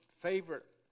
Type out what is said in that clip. favorite